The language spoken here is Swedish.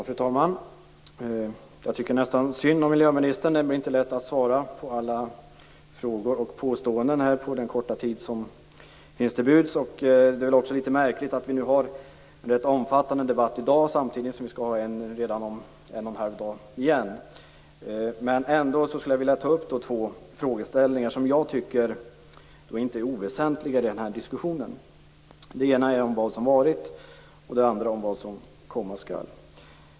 Fru talman! Jag tycker nästan synd om miljöministern. Det blir inte lätt att svara på alla frågor och påståenden på den korta tid som står till buds. Det är litet märkligt att vi har en ganska omfattande debatt i dag samtidigt som vi skall ha en ny debatt om ett par dagar. Jag vill ändå ta upp ett par frågor som inte är oväsentliga i diskussionen. Den ena frågan gäller vad som varit, den andra vad som komma skall.